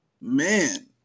man